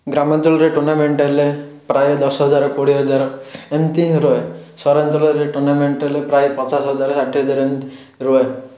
ଗ୍ରାମାଞ୍ଚଳରେ ଟୁର୍ଣ୍ଣାମେଣ୍ଟ୍ ହେଲେ ପ୍ରାୟ ଦଶହଜାର କୋଡ଼ିଏ ହଜାର ଏମିତି ହିଁ ରୁହେ ସହରାଞ୍ଚଳରେ ଟୁର୍ଣ୍ଣାମେଣ୍ଟ୍ ହେଲେ ପ୍ରାୟ ପଚାଶହଜାର ଷାଠିଏ ହଜାର ଏମିତି ରୁହେ